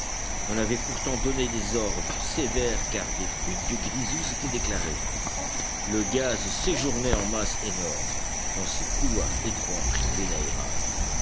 on avait pourtant donné des ordres sévères car des fuites de grisou s'étaient déclarées le gaz séjournait en masse énorme dans ces couloirs étroits privés